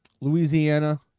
Louisiana